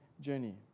journey